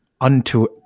unto